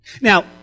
Now